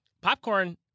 Popcorn